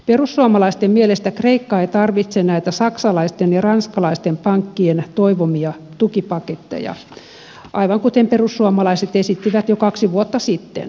perussuomalaisten mielestä kreikka ei tarvitse näitä saksalaisten ja ranskalaisten pankkien toivomia tukipaketteja aivan kuten perussuomalaiset esittivät jo kaksi vuotta sitten